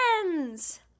friends